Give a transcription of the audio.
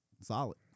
solid